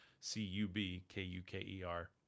C-U-B-K-U-K-E-R